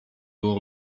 było